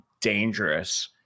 dangerous